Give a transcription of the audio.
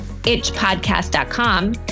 itchpodcast.com